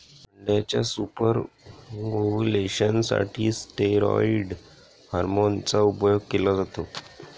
अंड्याच्या super ovulation साठी steroid hormone चा उपयोग केला जातो